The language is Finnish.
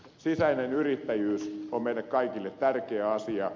sisäinen yrittäjyys on meille kaikille tärkeä asia